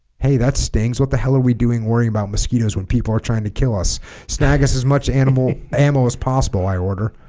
hey that stings what the hell are we doing worrying about mosquitoes when people are trying to kill us snag us as much animal ammo as possible i order